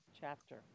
chapter